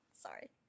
Sorry